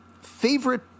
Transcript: favorite